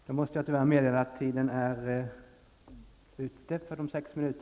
Jag vill meddela att den medgivna taletiden är ute.